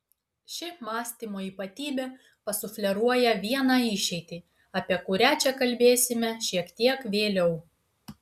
ši mąstymo ypatybė pasufleruoja vieną išeitį apie kurią čia kalbėsime šiek tiek vėliau